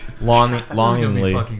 longingly